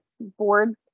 board